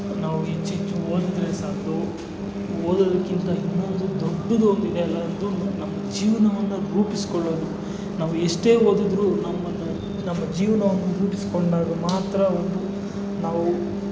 ನಾವು ಇಂಚಿಂಚು ಓದಿದರೆ ಸಾಲದು ಓದೋದಕ್ಕಿಂತ ಇನ್ನೊಂದು ದೊಡ್ಡದು ಒಂದು ಇದೆಯಲ್ಲ ಅದು ನಮ್ಮ ಜೀವನವನ್ನು ರೂಪಿಸಿಕೊಳ್ಳೋದಕ್ಕೆ ನಾವು ಎಷ್ಟೇ ಓದಿದರು ನಮ್ಮ ನಮ್ಮ ಜೀವನವನ್ನು ರೂಪಿಸಿಕೊಂಡಾಗ ಮಾತ್ರ ಒಂದು ನಾವು